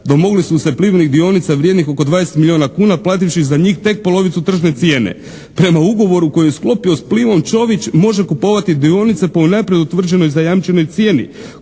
domogli su se "Plivinih" dionica vrijednih oko 20 milijuna kuna plativši za njih tek polovicu tržne cijene. Prema ugovoru koji je sklopio s "Plivom", Čović može kupovati dionice po unaprijed utvrđenoj zajamčenoj cijeni